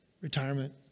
retirement